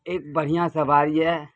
ایک بڑھیاں سواری ہے